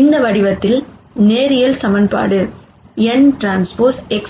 இந்த வடிவத்தில் linear equation nTX b 0